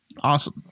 Awesome